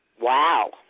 Wow